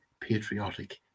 patriotic